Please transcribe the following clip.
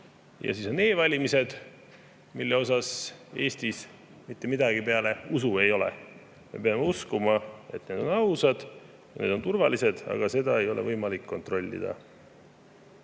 Ja siis on e‑valimised, mille osas Eestis mitte midagi peale usu ei ole. Me peame uskuma, et need on ausad, et need on turvalised, aga seda ei ole võimalik kontrollida.